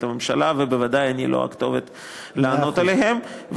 הממשלה ובוודאי לא אני הכתובת לענות עליהן.